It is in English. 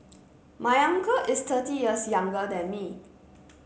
my uncle is thirty years younger than me